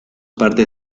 partes